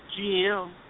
GM